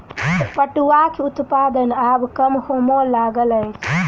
पटुआक उत्पादन आब कम होमय लागल अछि